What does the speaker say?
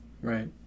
Right